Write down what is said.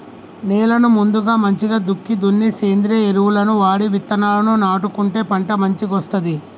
నేలను ముందుగా మంచిగ దుక్కి దున్ని సేంద్రియ ఎరువులను వాడి విత్తనాలను నాటుకుంటే పంట మంచిగొస్తది